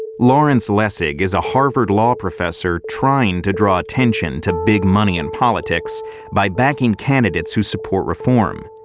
lawrence lessig is a harvard law professor trying to draw attention to big money in politics by backing candidates who support reform.